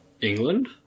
england